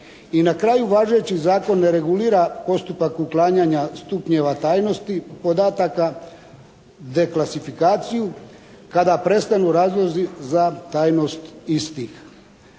I na kraju važeći zakon ne regulira postupak uklanjanja stupnjeva tajnosti podataka deklasifikaciju kada prestanu razlozi za tajnost istih.